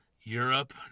Europe